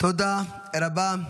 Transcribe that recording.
תודה רבה.